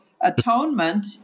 atonement